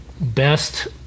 best